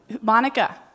Monica